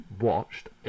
watched